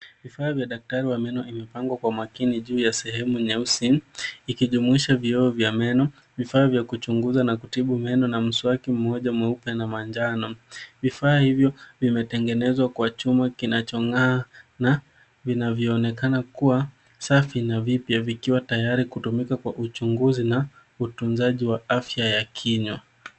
Vifaa vya daktari wa meno vimepangwa kwa makini juu ya sehemu nyeusi ikijumuisha vioo vya meno, vifaa vya kuchunguza na kutibu meno na mswaki mmoja mweupe na manjano. Vifaa hivyo vimetengenezwa kwa chuma kinachong'aa na vinavyoonekana kuwa safi na vipya, vikiwa tayari kutumika kwa uchunguzi na utunzaji wa afya ya kinywa.